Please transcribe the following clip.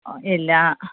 ഇല്ല